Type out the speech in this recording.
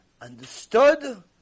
understood